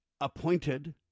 appointed